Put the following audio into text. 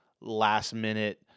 last-minute